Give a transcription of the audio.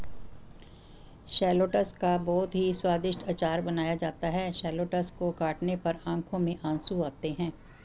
shallots का बहुत ही स्वादिष्ट अचार बनाया जाता है शैलोट्स को काटने पर आंखों में आंसू आते हैं